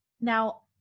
Now